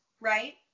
right